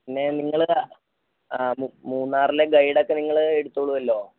പിന്നെ നിങ്ങൾ ആ മൂന്നാറിലെ ഗൈഡ് ഒക്കെ നിങ്ങൾ എടുത്ത്കൊള്ളുമല്ലോ